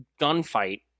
gunfight